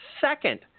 second